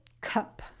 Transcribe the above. cup